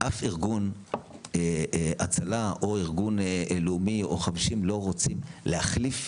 אף ארגון הצלה או ארגון לאומי לא רוצים להחיל,